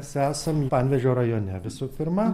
mes esam panevėžio rajone visų pirma